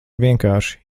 vienkārši